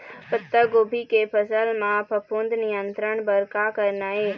पत्तागोभी के फसल म फफूंद नियंत्रण बर का करना ये?